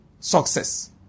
Success